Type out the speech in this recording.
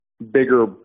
bigger